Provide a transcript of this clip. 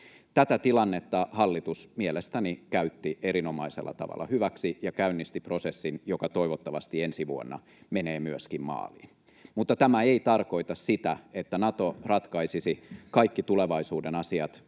Tätä tilannetta hallitus mielestäni käytti erinomaisella tavalla hyväksi ja käynnisti prosessin, joka toivottavasti ensi vuonna menee myöskin maaliin. Mutta tämä ei tarkoita sitä, että Nato ratkaisisi kaikki tulevaisuuden asiat